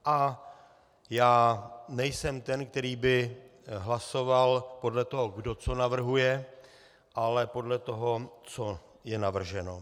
A já nejsem ten, který by hlasoval podle toho, kdo co navrhuje, ale podle toho, co je navrženo.